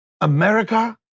America